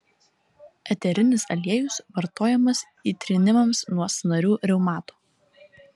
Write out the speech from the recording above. eterinis aliejus vartojamas įtrynimams nuo sąnarių reumato